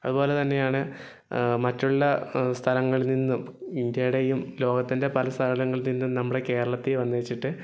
അതുപോലെ തന്നെയാണ് മറ്റുള്ള സ്ഥലങ്ങളിൽ നിന്നും ഇന്ത്യയുടേയും ലോകത്തിൻ്റെ പല സ്ഥലങ്ങളിൽ നിന്നും നമ്മുടെ കേരളത്തിൽ വന്ന് വച്ചിട്ട്